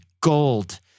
gold